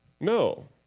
No